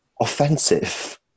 offensive